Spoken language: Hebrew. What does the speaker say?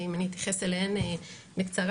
ואני אתייחס אליהן בקצרה,